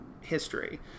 history